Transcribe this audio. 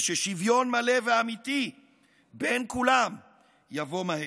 וששוויון מלא ואמיתי בין כולם יבוא מהר.